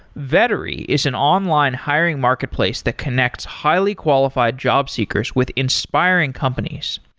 vettery is an online hiring marketplace that connects highly qualified job seekers with inspiring companies.